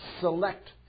select